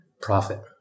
profit